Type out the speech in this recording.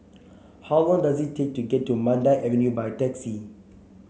how long does it take to get to Mandai Avenue by taxi